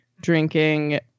drinking